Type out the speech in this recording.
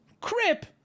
Crip